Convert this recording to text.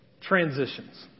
Transitions